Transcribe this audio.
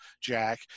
jack